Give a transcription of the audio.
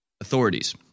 authorities